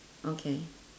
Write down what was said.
okay